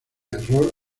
error